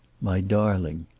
my darling,